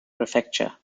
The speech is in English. prefecture